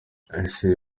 ese